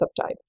subtype